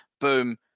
Boom